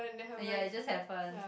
ah ya it just happened